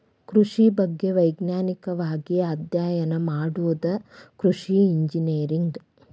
ಕೃಷಿ ಬಗ್ಗೆ ವೈಜ್ಞಾನಿಕವಾಗಿ ಅಧ್ಯಯನ ಮಾಡುದ ಕೃಷಿ ಇಂಜಿನಿಯರಿಂಗ್